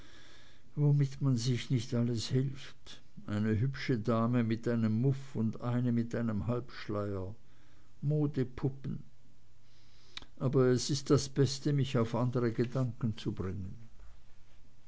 womit man sich nicht alles hilft eine hübsche dame mit einem muff und eine mit einem halbschleier modepuppen aber es ist das beste mich auf andre gedanken zu bringen